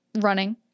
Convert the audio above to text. running